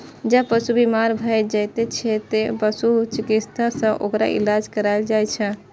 जब पशु बीमार भए जाइ छै, तें पशु चिकित्सक सं ओकर इलाज कराएल जाइ छै